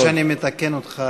סליחה שאני מתקן אותך,